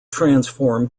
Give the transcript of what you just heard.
transform